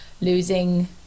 losing